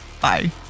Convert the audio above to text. bye